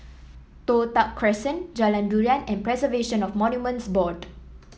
Toh Tuck Crescent Jalan Durian and Preservation of Monuments Board